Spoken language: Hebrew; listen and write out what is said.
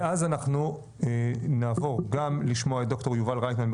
ואז אנחנו נעבור גם לשמוע את ד"ר יובל רויטמן,